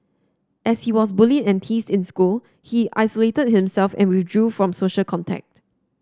as he was bullied and tease in school he isolated himself and withdrew from social contact